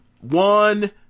One